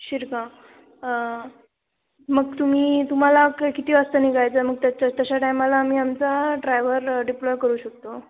शिरगाव मग तुम्ही तुम्हाला क किती वाजता निघायचं आहे मग त्याच्या तशा टायमाला आम्ही आमचा ड्रायव्हर डिप्लॉय करू शकतो